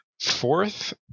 Fourth